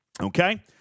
Okay